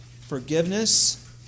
forgiveness